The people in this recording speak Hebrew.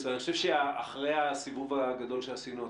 אחרי הסיבוב הגדול שעשינו,